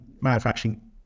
manufacturing